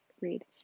read